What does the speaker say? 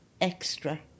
Extra